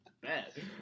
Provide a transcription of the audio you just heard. Bad